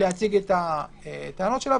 להציג את הטענות שלה,